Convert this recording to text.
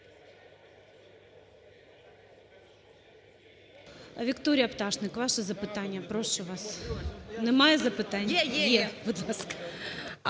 Вікторія Пташник, ваше запитання. Прошу вас. Немає запитань? Будь